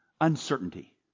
Uncertainty